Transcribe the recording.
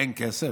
אין כסף?